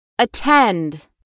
Attend